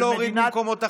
אולי להוריד במקומות אחרים?